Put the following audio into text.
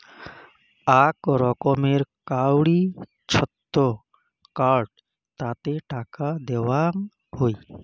আক রকমের কাউরি ছক্ত কার্ড তাতে টাকা দেওয়াং হই